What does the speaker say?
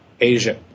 Asia